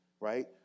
Right